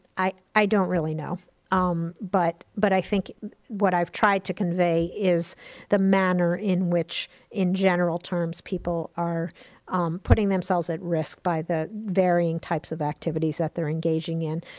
i i don't really know um but but i think what i've tried to convey is the manner in which in general terms people are putting themselves at risk by the varying types of activities that they're engaging in.